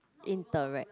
interact